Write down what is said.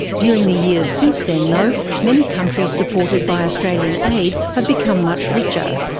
during the years since then though, many countries supported by australian aid have become much richer.